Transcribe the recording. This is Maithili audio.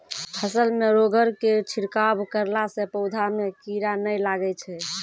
फसल मे रोगऽर के छिड़काव करला से पौधा मे कीड़ा नैय लागै छै?